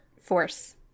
force